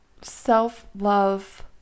self-love